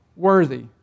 Worthy